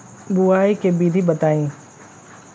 बुआई के विधि बताई?